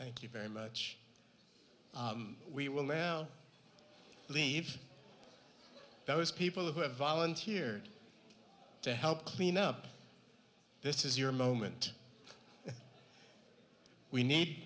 thank you very much we will now leave those people who have volunteered to help clean up this is your moment we need